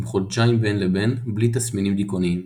חודשיים בין לבין בלי תסמינים דכאוניים.